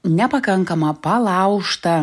nepakankamą palaužtą